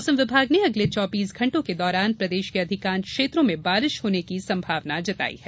मौसम विभाग ने अगले चौबीस घंटों के दौरान प्रदेश के अधिकांश क्षेत्रों में बारिश होने की संभावना जताई है